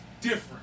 different